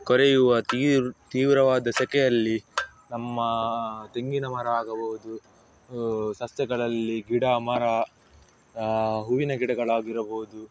ಕೊರೆಯುವ ತೀವ್ ತೀವ್ರವಾದ ಸೆಖೆಯಲ್ಲಿ ನಮ್ಮ ತೆಂಗಿನಮರ ಆಗಬಹುದು ಸಸ್ಯಗಳಲ್ಲಿ ಗಿಡ ಮರ ಹೂವಿನ ಗಿಡಗಳಾಗಿರಬೋದು